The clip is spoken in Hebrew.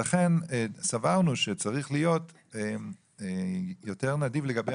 לכן סברנו שצריך להיות יותר נדיב לגבי